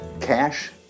cash